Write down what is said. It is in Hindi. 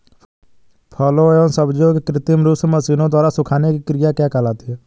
फलों एवं सब्जियों के कृत्रिम रूप से मशीनों द्वारा सुखाने की क्रिया क्या कहलाती है?